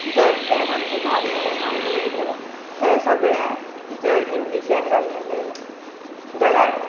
जर तेच आमचे धाले मांडे वगेरा तें सगळे जर इंग्लीशेन जाल्ले जाल्यार